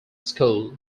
school